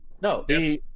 no